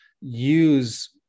use